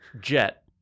Jet